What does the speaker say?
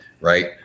Right